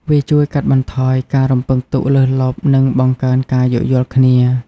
វាជួយកាត់បន្ថយការរំពឹងទុកលើសលប់ និងបង្កើនការយោគយល់គ្នា។